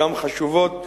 גם חשובות,